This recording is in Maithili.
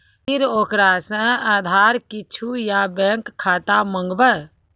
फिर ओकरा से आधार कद्दू या बैंक खाता माँगबै?